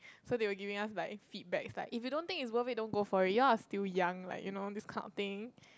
so they were giving us like feedbacks like if you don't think it's not worth it don't go for it you all are still young like you know this kind of thing